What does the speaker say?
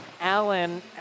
Allen